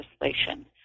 legislation